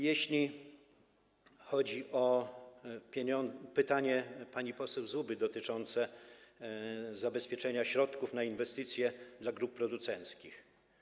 Jeśli chodzi o pytanie pani poseł Zuby dotyczące zabezpieczenia środków na inwestycje dla grup producenckich.